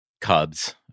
Cubs